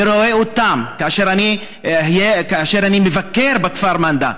אני רואה אותם כאשר אני מבקר בכפר מנדא.